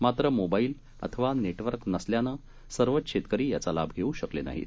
मात्र मोबाईलअथवानेटवर्कनसल्यानेसर्वचशेतकरीयाचालाभघेऊशकलेनाहीत